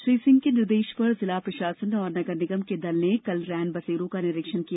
श्री सिंह के निर्देश पर जिला प्रशासन और नगरनिगम के दल ने कल रैन बसेरों का निरीक्षण किया